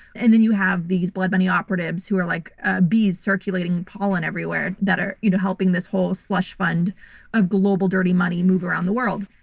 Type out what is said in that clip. and then you have these blood money operatives who are like ah bees circulating pollen everywhere that are you know helping this whole slush fund of global dirty money move around the world.